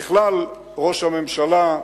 בכלל, ראש הממשלה,